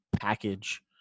package